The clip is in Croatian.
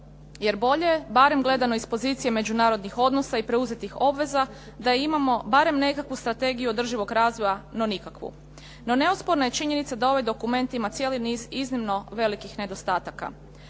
jer bolje je barem gledano iz pozicije međunarodnih odnosa i preuzetih obveza da imamo barem nekakvu strategiju održivog razvoja no nikakvu. No, neosporna je činjenica da ovaj dokument ima cijeli niz iznimno velikih nedostataka.